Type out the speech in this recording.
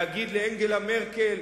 לאנגלה מרקל,